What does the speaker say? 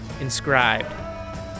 inscribed